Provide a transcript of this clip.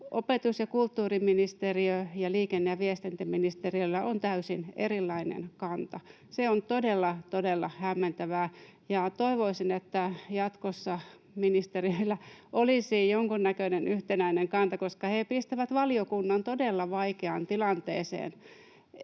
Opetus- ja kulttuuriministeriöllä ja liikenne- ja viestintäministeriöllä on täysin erilainen kanta. Se on todella, todella hämmentävää. Toivoisin, että jatkossa ministereillä olisi jonkunnäköinen yhtenäinen kanta, koska he pistävät valiokunnan todella vaikeaan tilanteeseen,